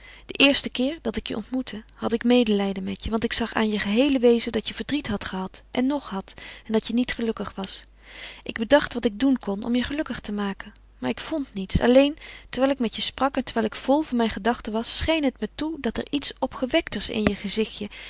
den eersten keer dat ik je ontmoette had ik medelijden met je want ik zag aan je geheele wezen dat je verdriet hadt gehad en nog hadt en dat je niet gelukkig was ik bedacht wat ik doen kon om je gelukkig te maken maar ik vond niets alleen terwijl ik met je sprak en terwijl ik vol van mijn gedachte was scheen het me toe dat er iets opgewektere in je gezichtje